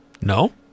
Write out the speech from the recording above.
No